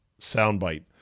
soundbite